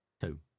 Two